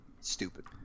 stupid